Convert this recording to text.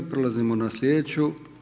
Prelazimo na sljedeću.